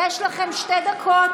יש לכם שתי דקות.